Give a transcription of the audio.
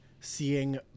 seeing